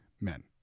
men